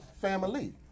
Family